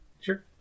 Sure